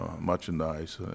merchandise